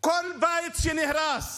כל בית שנהרס